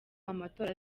amatora